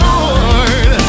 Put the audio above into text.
Lord